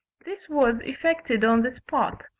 this was effected on the spot,